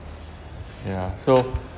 ya so